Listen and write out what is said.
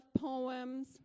poems